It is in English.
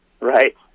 Right